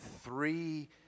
three